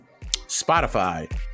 Spotify